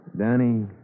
Danny